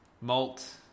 malt